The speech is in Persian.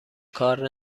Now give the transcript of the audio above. کار